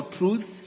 truth